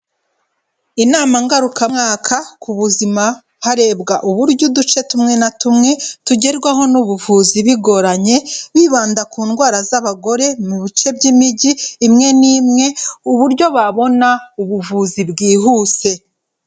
Inama ngarukamwaka ku buzima harebwa uburyo uduce tumwe na tumwe, tugerwaho n'ubuvuzi bigoranye bibanda ku ndwara z'abagore mu bice by'imijyi imwe n'imwe, uburyo babona ubuvuzi bwihuse.